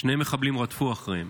שני מחבלים רדפו אחריהם.